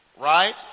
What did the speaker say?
Right